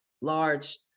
large